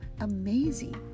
Amazing